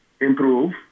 improve